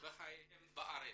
בחייהם בארץ.